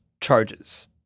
charges